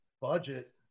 budget